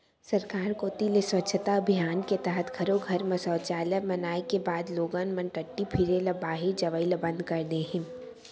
सरकार कोती ले स्वच्छता अभियान के तहत घरो घर म सौचालय बनाए के बाद लोगन मन टट्टी फिरे ल बाहिर जवई ल बंद कर दे हें